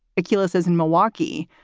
akeela says in milwaukee,